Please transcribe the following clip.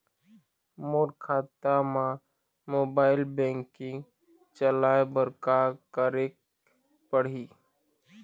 मोर खाता मा mobile banking चलाए बर का करेक पड़ही?